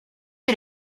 est